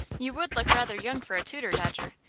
you would look rather young for a tutor, dodger,